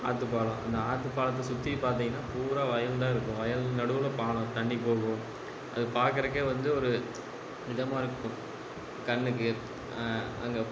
ஆற்றுப்பாலம் அந்த ஆற்றுப் பாலத்தை சுற்றிப் பார்த்திங்கனா பூராக வயல்தான் இருக்கும் வயலுக்கு நடுவில் பாலம் தண்ணிப் போகும் அது பார்க்குறக்கே வந்து ஒரு இதமாக இருக்கும் கண்ணுக்கு அங்கே